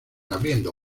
abriendo